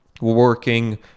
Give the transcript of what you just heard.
working